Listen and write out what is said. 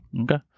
Okay